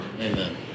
amen